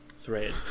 thread